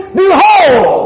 behold